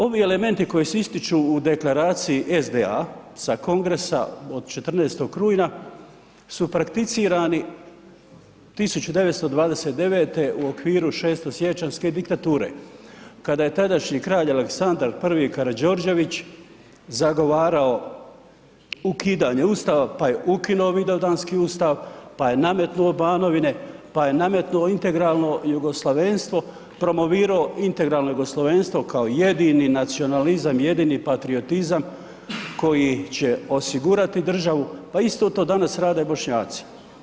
Ovim elementi koji se ističu u Deklaraciji SDA sa kongresa od 14. rujna su prakticirani 1929. u okviru Šestosiječanjske diktature kada je tadašnji kralj Aleksandar I. Karađorđević zagovarao ukidanje ustave, pa je ukinuo Vidovdanski ustav, pa je nametnuo banovine, pa nametnuo integralno jugoslavenstvo, promovirao integralno jugoslavenstvo kao jedini nacionalizam, jedini patroiotizam koji će osigurati državu, pa isto to danas rade Bošnjaci.